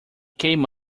came